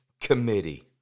committee